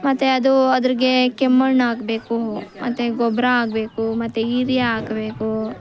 ಮತ್ತೆ ಅದು ಅದ್ರಾಗೆ ಕೆಮ್ಮಣ್ಣಾಕ್ಬೇಕು ಮತ್ತೆ ಗೊಬ್ಬರ ಹಾಕ್ಬೇಕು ಮತ್ತೆ ಯೂರಿಯಾ ಹಾಕ್ಬೇಕು